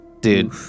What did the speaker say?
Dude